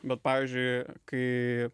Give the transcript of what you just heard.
bet pavyzdžiui kai